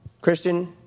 Christian